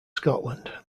scotland